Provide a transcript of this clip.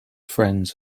friends